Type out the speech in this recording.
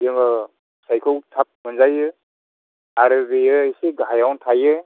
जोङो फिथाइखौ थाब मोनजायो आरो बियो एसे गाहायावनो थायो